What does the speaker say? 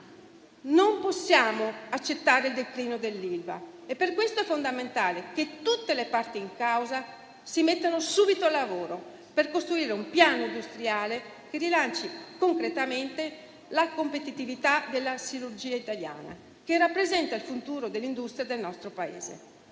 Non possiamo accettare il declino dell'Ilva, e per questo è fondamentale che tutte le parti in causa si mettano subito al lavoro, per costruire un piano industriale che rilanci concretamente la competitività della siderurgia italiana, che rappresenta il futuro dell'industria del nostro Paese.